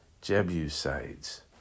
Jebusites